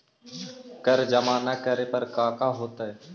कर जमा ना करे पर कका होतइ?